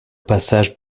passage